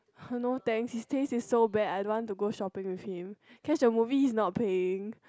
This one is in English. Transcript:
no thanks his taste is so bad I don't want to go shopping with him catch a movie he's not paying